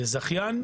מהזכיין,